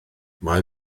mae